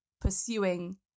pursuing